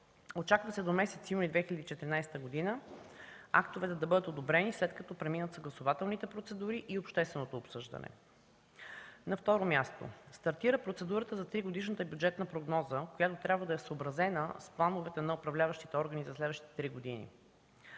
Очаква се до месец юни 2014 г. актовете да бъдат одобрени, след като преминат съгласувателните процедури и общественото обсъждане. На второ място, стартира процедурата за тригодишната бюджетна прогноза, която трябва да е съобразена с плановете на управляващите органи за следващите три години.